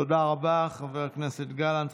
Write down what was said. תודה רבה, חבר הכנסת גלנט.